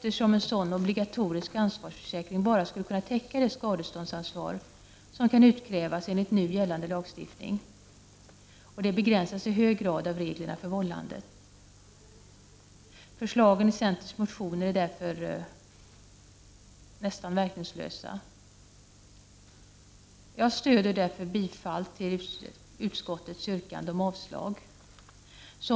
En sådan obligatorisk ansvarsförsäkring skulle nämligen bara kunna täcka det skadeståndsansvar som kan utkrävas enligt nu gällande lagstiftning. Det begränsas i hög grad av reglerna för vållande. Förslagen i centerns motion är därför nästan verkningslösa. Jag stödjer därför utskottsmajoritetens yrkande om avslag på reservationerna.